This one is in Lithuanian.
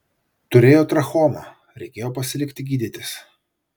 turėjo trachomą reikėjo pasilikti gydytis